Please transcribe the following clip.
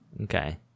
Okay